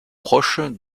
proche